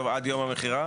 בעייתי.